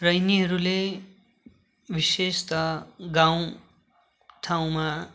र यिनीहरूले विशेष त गाउँ ठाउँमा